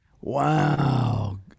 Wow